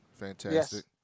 Fantastic